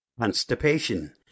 Constipation